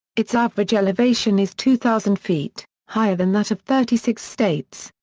its average elevation is two thousand feet, higher than that of thirty six states.